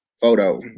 photo